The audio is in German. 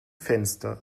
fenster